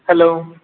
hello